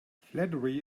flattery